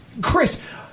Chris